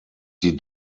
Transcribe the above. die